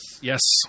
yes